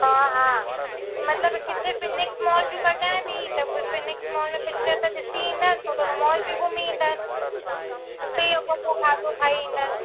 हा हा मतिलबु किथे फिनिक्स मॉल जूं कढायां थी त फिनिक्स मॉल पिचर त ॾिसी ईंदासीं त पोइ थोरो मॉल बि घुमी ईंदासीं न त इहो अॻो पोइ खाधो खाई ईंदासीं